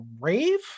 rave